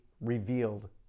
revealed